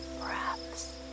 breaths